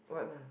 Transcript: what ah